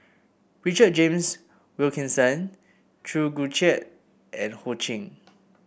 Richard James Wilkinson Chew Joo Chiat and Ho Ching